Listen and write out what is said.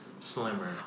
Slimmer